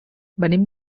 venim